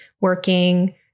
working